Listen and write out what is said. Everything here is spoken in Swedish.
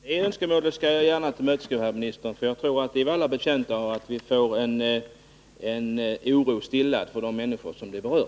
Herr talman! Det önskemålet skall jag gärna tillmötesgå, herr minister. Jag tror att vi alla är betjänta av att oron blir stillad för de människor som det gäller.